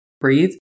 breathe